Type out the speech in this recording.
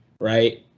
right